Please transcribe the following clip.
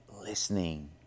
listening